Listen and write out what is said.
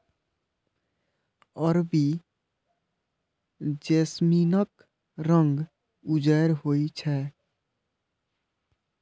अरबी जैस्मीनक रंग उज्जर होइ छै